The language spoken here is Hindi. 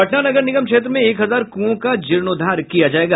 पटना नगर निगम क्षेत्र में एक हजार कुओं का जीर्णोद्धार किया जायेगा